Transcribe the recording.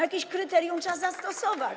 Jakieś kryterium trzeba zastosować.